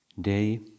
day